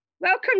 Welcome